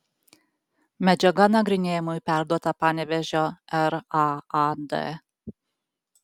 medžiaga nagrinėjimui perduota panevėžio raad